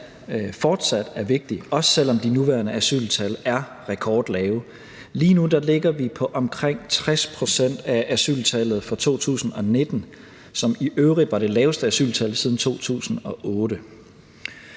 fortsat er vigtig, også selv om de nuværende asyltal er rekordlave. Lige nu ligger vi på omkring 60 pct. af asyltallet for 2019, som i øvrigt var det laveste asyltal siden 2008.